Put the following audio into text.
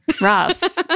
Rough